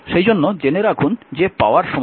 সেইজন্য জেনে রাখুন যে পাওয়ার dwdt